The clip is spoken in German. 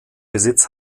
besitz